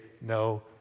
no